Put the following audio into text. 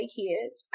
kids